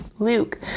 Luke